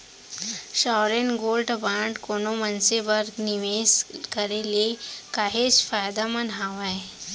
sovereign gold bond कोनो मनसे बर निवेस करे ले काहेच फायदामंद हावय